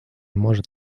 может